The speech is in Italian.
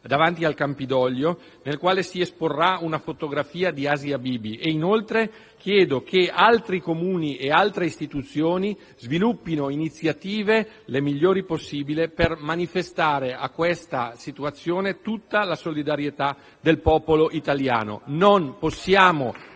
davanti al Campidoglio, nel quale si esporrà una fotografia di Asia Bibi. Inoltre, chiedo che altri Comuni e altre istituzioni sviluppino iniziative - le migliori possibili - per manifestare in questa situazione tutta la solidarietà del popolo italiano.